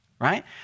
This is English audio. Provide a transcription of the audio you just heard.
right